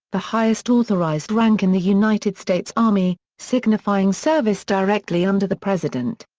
the highest authorized rank in the united states army, signifying service directly under the president.